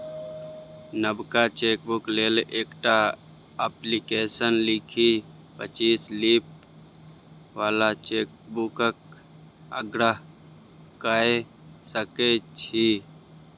नबका चेकबुक लेल एकटा अप्लीकेशन लिखि पच्चीस लीफ बला चेकबुकक आग्रह कए सकै छी